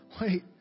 wait